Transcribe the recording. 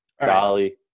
Dolly